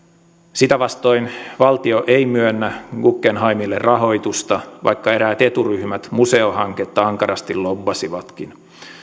sitä vastoin valtio ei myönnä guggenheimille rahoitusta vaikka eräät eturyhmät museo hanketta ankarasti lobbasivatkin